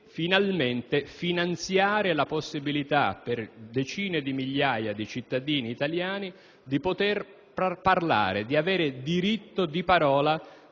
finanziare finalmente la possibilità per decine di migliaia di cittadini italiani di parlare, di avere diritto di parola